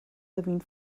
living